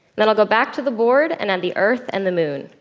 then i'll go back to the board and add the earth and the moon.